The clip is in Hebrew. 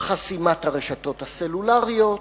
חסימת הרשתות הסלולריות,